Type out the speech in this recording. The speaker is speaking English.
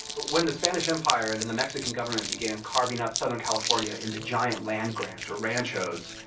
when the spanish empire and and the mexican government began carving up southern california into giant land grants, or ranchos,